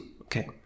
Okay